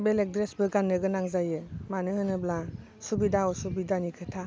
बेलेग द्रेसबो गाननो गोनां जायो मानो होनोब्ला सुबिदा असुबिदानि खोथा